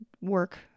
work